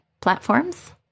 platforms